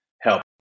help